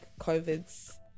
COVID's